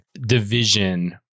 division